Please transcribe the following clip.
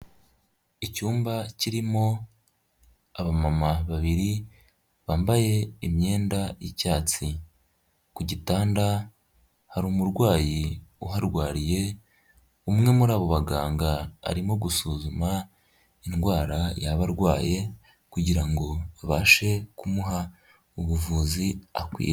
Icyumba kirimo abamama babiri bambaye imyenda y'icyatsi, ku gitanda hari umurwayi uharwariye, umwe muri abo baganga arimo gusuzuma indwara yaba arwaye kugirango abashe kumuha ubuvuzi akwiriye.